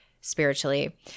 spiritually